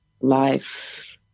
life